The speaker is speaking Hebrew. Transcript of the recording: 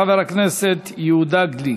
חבר הכנסת יהודה גליק.